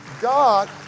God